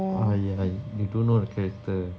!aiya! you don't know the character